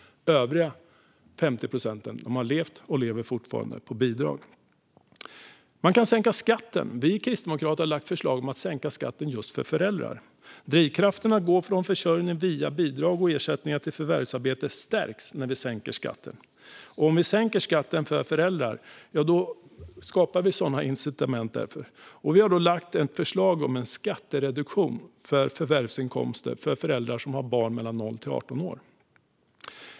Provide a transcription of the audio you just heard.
De övriga 50 procenten har levt och lever fortfarande på bidrag. Man kan sänka skatten. Vi kristdemokrater har lagt fram förslag om att sänka skatten just för föräldrar. Drivkraften att gå från försörjning via bidrag och ersättningar till förvärvsarbete stärks när vi sänker skatten. Om vi sänker skatten för föräldrar skapar vi sådana incitament. Vi har lagt fram förslag om en skattereduktion för förvärvsinkomster för föräldrar som har barn i åldern 0-18 år.